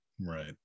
Right